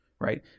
Right